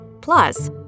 Plus